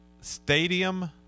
stadium